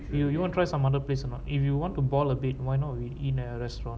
you you wanna try some other place or not if you want to ball a bit why not we eat in a restaurant